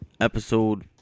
episode